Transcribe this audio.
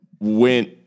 went